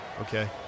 Okay